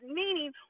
meaning